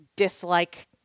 Dislike